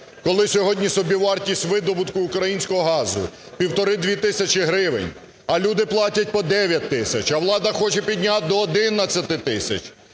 Коли сьогодні собівартість видобутку українського газу 1,5-2 тисячі гривень, а люди платять по 9 тисяч, а влада хоче підняти до 11 тисяч,